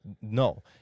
no